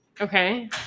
okay